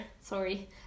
sorry